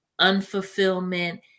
unfulfillment